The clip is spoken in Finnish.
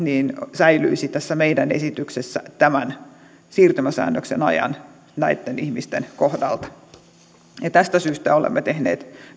säilyisi tässä meidän esityksessämme tämän siirtymäsäännöksen ajan näitten ihmisten kohdalla tästä syystä olemme tehneet